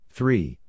Three